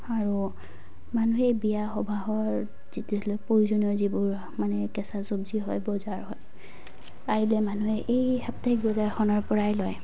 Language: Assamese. আৰু মানুহে বিয়া সবাহৰ যেতিয়াহ'লে প্ৰয়োজনীয় যিবোৰ মানে কেঁচা চব্জি হয় বজাৰ হয় পাৰিলে মানুহে এই সাপ্তাহিক বজাৰখনৰ পৰাই লয়